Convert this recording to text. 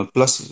Plus